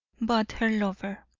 but her lover,